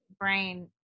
brain